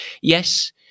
Yes